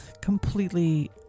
completely